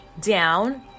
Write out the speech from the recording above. down